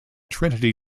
trinity